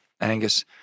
Angus